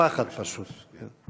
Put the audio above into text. פחד, פשוט.